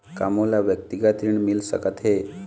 का मोला व्यक्तिगत ऋण मिल सकत हे?